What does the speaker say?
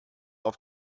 auf